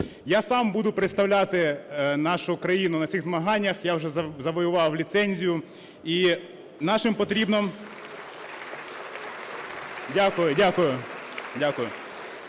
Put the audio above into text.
Я сам буду представляти нашу країну на цих змаганнях, я вже завоював ліцензію, і нашим потрібно... (Оплески) Дякую,